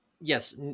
Yes